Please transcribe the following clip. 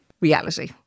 reality